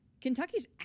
Kentucky's